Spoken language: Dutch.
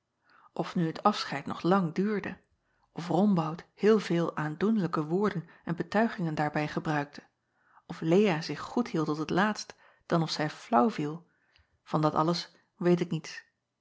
f nu het afscheid nog lang duurde of ombout heel veel aandoenlijke woorden en betuigingen daarbij gebruikte of ea zich goed hield tot het laatst dan of zij flaauw viel van dat alles weet ik niets